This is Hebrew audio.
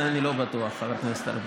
בזה אני לא בטוח, חבר הכנסת ארבל,